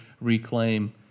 reclaim